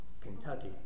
Kentucky